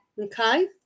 Okay